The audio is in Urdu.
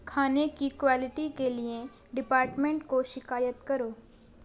کھانے کی کوالٹی کے لیے ڈپارٹمنٹ کو شکایت کرو